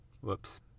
Whoops